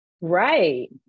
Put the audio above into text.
right